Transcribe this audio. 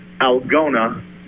Algona